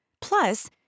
Plus